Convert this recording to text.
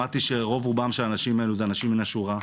למדתי שרוב רובם של האנשים האלו הם אנשים מן השורה,